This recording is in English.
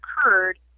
occurred